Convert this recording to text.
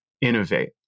innovate